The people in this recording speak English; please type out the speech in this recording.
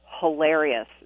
hilarious